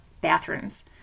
bathrooms